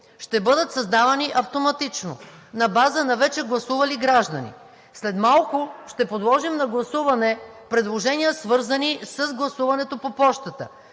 ще бъдат създавани автоматично на база на вече гласували граждани. След малко ще подложим на гласуване предложения, свързани с гласуването по пощата.